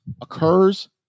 occurs